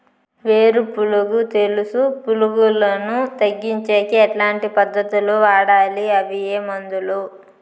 వేరు పులుగు తెలుసు పులుగులను తగ్గించేకి ఎట్లాంటి పద్ధతులు వాడాలి? అవి ఏ మందులు?